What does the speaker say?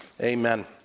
amen